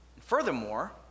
Furthermore